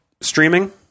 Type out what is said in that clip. streaming